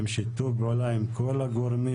האחראית ביותר, בשיתוף פעולה עם כל הגורמים.